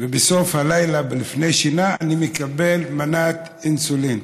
ובסוף, בלילה לפני השינה, אני מקבל מנת אינסולין.